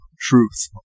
truth